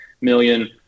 million